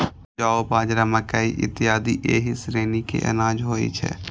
जौ, बाजरा, मकइ इत्यादि एहि श्रेणी के अनाज होइ छै